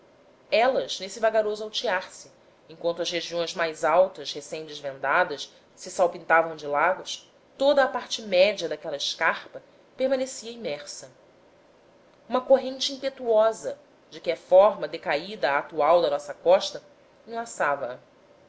mas nesse vagaroso altear se enquanto as regiões mais altas recém desvendadas se salpintavam de lagos toda a parte média daquela escarpa permanecia imersa uma corrente impetuosa de que é forma decaída a atual da nossa costa